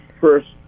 first